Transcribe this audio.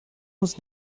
muss